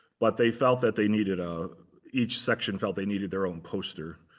but they felt that they needed ah each section felt they needed their own poster,